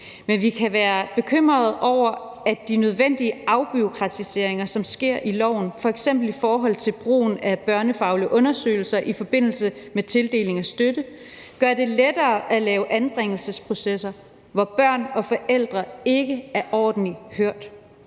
Men vi kan være bekymrede over, at de nødvendige afbureaukratiseringer, som sker i lovforslaget, f.eks. i forhold til brugen af børnefaglige undersøgelser i forbindelse med tildeling af støtte, gør det lettere at lave anbringelsesprocesser, hvor børn og forældre ikke er ordentligt hørt,